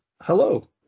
hello